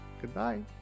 Goodbye